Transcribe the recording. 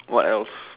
what else